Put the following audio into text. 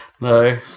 No